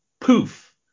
poof